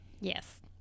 Yes